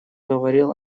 говорил